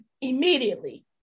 immediately